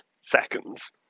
Seconds